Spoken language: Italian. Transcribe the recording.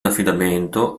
affidamento